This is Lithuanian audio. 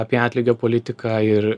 apie atlygio politiką ir